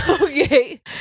Okay